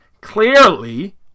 Clearly